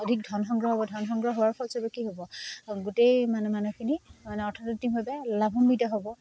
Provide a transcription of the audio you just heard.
অধিক ধন সংগ্ৰহ হ'ব ধন সংগ্ৰহ হোৱাৰ ফলস্বৰূপে কি হ'ব গোটেই মানে মানুহখিনি মানে অৰ্থনৈতিকভাৱে লাভম্বিত হ'ব